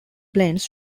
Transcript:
blends